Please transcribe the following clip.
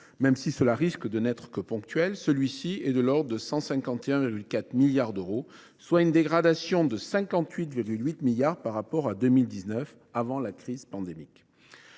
même cela risque de n’être que ponctuel, celui ci est de l’ordre de 151,4 milliards d’euros, soit une dégradation de 58,8 milliards d’euros par rapport à 2019, avant la crise pandémique.